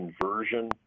conversion